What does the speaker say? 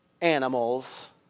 animals